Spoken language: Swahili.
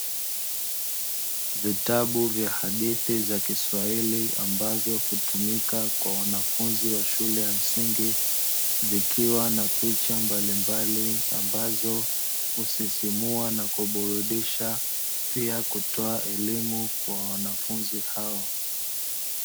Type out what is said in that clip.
Vitabu vya hadithi za kiswahili ambavyo hutumika kwa wanafunzi wa shule ya msingi vikiwa na picha mbalimbali ambazo husisimua na kuburudisha pia kutoa elimu kwa wanafunzi hao.